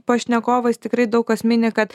pašnekovais tikrai daug kas mini kad